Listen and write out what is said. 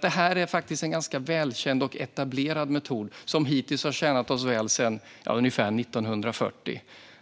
Det här är alltså en ganska välkänd och etablerad metod som hittills har tjänat oss väl sedan ungefär 1940.